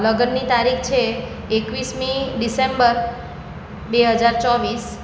લગનની તારીખ છે એકવીસમી ડિસેમ્બર બે હજાર ચોવીસ